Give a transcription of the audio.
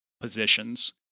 positions